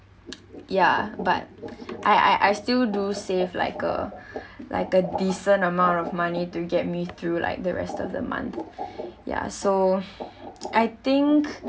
ya but I I I still do save like a like a decent amount of money to get me through like the rest of the month yeah so I think